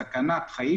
לפעמים בסכנת חיים.